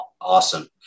Awesome